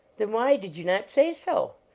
then why did you not say so?